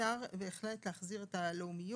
אפשר בהחלט להחזיר את "לאומי".